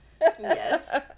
Yes